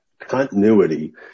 continuity